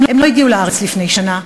הם לא הגיעו לארץ לפני שנה,